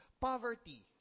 poverty